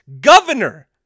governor